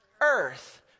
earth